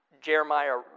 Jeremiah